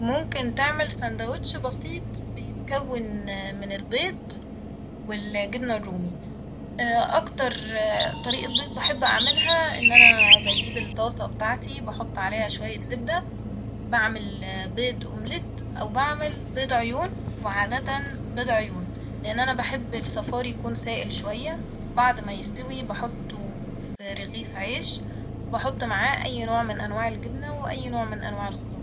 ممكن تعمل سندوتش بسيط بيتكون من البيض والجبنة الرومي ، أكتر طريقة بيض بحب أعملها إن أنا بجيب الطاسة بتاعتي ، بحط عليها شوية زبدة ، بعمل بيض أومليت أو بعمل بيض عيون وعادة بيض عيون لإن أنا بحب الصفاريكون سائل شوية وبعد ما يستوي بحطه ف رغيف عيش ، و بحط معاه أي نوع من أنواع الجبنة وأي نوع من أنواع الخضار